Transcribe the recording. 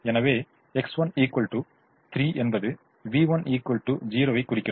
எனவே X1 3 என்பது v1 0 ஐ குறிக்கிறது